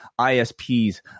ISPs